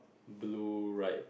blue right